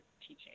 teaching